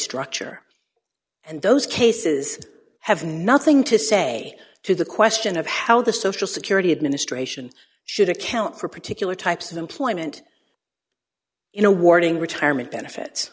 structure and those cases have nothing to say to the question of how the social security administration should account for particular types of employment in awarding retirement benefits